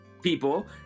people